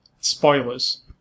Spoilers